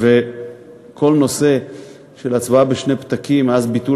וכל נושא ההצבעה בשני פתקים מאז ביטול